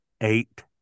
eight